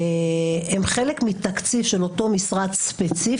הם חלק מתקציב של אותו משרד ספציפי?